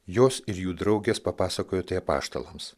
jos ir jų draugės papasakojo tai apaštalams